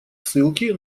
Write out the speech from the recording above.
ссылки